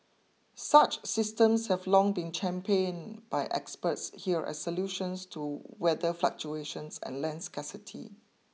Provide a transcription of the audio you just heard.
such systems have long been champion by experts here as solutions to weather fluctuations and land scarcity